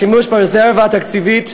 השימוש ברזרבה התקציבית,